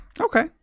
Okay